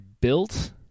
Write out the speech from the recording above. built